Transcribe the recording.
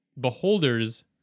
beholders